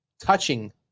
touching